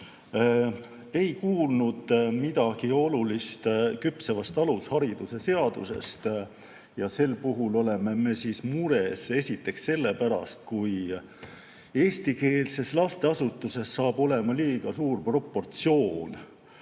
Ei kuulnud midagi olulist küpsevast alushariduse seadusest. Selle puhul oleme me mures esiteks sellepärast, kui eestikeelses lasteasutuses saab olema liiga suur proportsioon